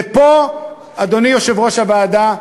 ופה, אדוני יושב-ראש הוועדה,